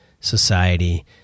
Society